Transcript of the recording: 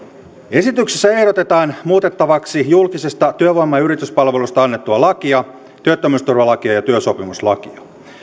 esityksessä ehdotetaan muutettavaksi julkisesta työvoima ja yrityspalvelusta annettua lakia työttömyysturvalakia ja työsopimuslakia